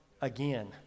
again